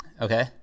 Okay